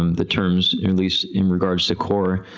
um the terms at least in regards to core,